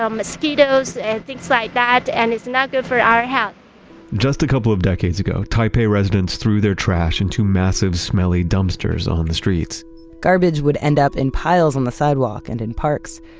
um mosquitoes and things like that, and it's not good for our health just a couple of decades ago, taipei residents threw their trash in two massive, smelly dumpsters on the streets garbage would end up in piles on the sidewalk and in parks.